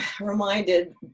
reminded